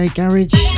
garage